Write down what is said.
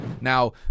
now